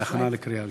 להכנה לקריאה ראשונה.